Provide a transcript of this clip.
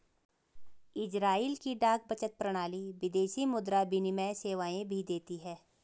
Israel की डाक बचत प्रणाली विदेशी मुद्रा विनिमय सेवाएं भी देती है